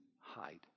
hide